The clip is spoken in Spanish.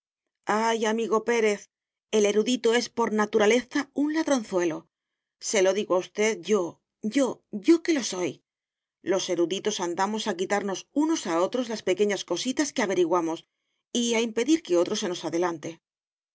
amigo pérez el erudito es por naturaleza un ladronzuelo se lo digo a usted yo yo yo que lo soy los eruditos andamos a quitarnos unos a otros las pequeñas cositas que averiguamos y a impedir que otro se nos adelante